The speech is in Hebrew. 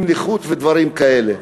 הילדים מקבלים נכות ודברים כאלה.